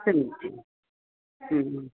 समीचीनम्